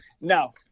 no